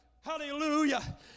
Hallelujah